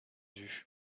vue